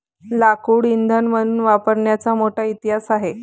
लाकूड इंधन म्हणून वापरण्याचा मोठा इतिहास आहे